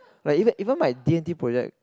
like even even my D-and-T project